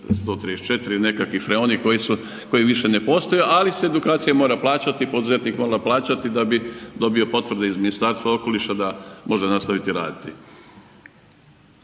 134 i nekakvi freoni koji više ne postoje ali se edukacija mora plaćati i poduzetnik mora plaćati da bi dobio potvrde iz Ministarstva okoliša da može nastaviti raditi.